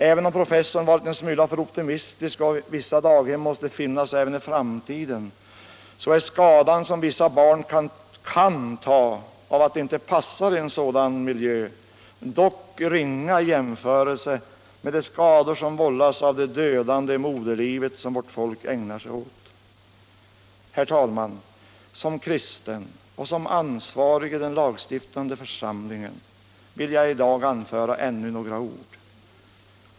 Även om professorn var en liten smula för optimistisk och vissa daghem måste finnas även i framtiden är skadan som vissa barn kan ta av att de inte passar i en sådan miljö dock ringa i jämförelse med de skador som vållas av det dödande i moderlivet som vårt folk ägnar sig åt. Herr talman! Som kristen och som ansvarig i den lagstiftande församlingen vill jag i dag anföra ännu några ord.